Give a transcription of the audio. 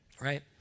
Right